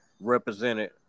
represented